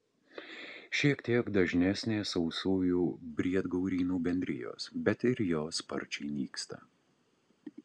šiek tiek dažnesnės sausųjų briedgaurynų bendrijos bet ir jos sparčiai nyksta